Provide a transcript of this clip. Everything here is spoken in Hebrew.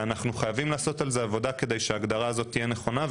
ואנחנו חייבים לעשות על זה עבודה כדי שההגדרה הזו תהיה נכונה,